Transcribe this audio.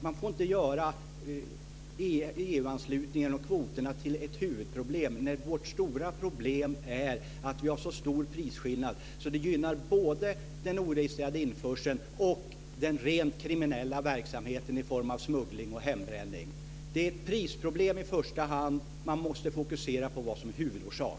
Man får inte göra EU-anslutningen och kvoterna till ett huvudproblem, när det stora problemet är att prisskillnaderna är så stora att det gynnar både den oregistrerade införseln och den rent kriminella verksamheten i form av smuggling och hembränning. Det är ett prisproblem i första hand. Man måste fokusera på vad som är huvudorsak.